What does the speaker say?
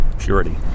Purity